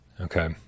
Okay